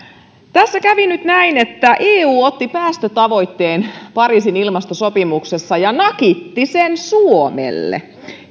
tässä kävi nyt näin että eu otti päästötavoitteen pariisin ilmastosopimuksessa ja nakitti sen suomelle